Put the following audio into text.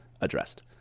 addressed